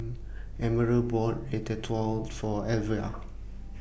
Emerald bought Ratatouille For Elvia